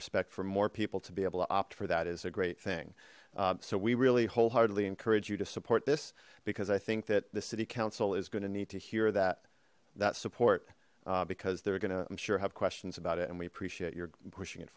respect for more people to be able to opt for that is a great thing so we really wholeheartedly encourage you to support this because i think that the city council is going to need to hear that that support because they're gonna i'm sure have questions about it and we appreciate your pushing it